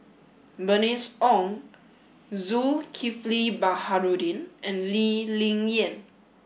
Bernice Ong Zulkifli Baharudin and Lee Ling Yen